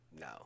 No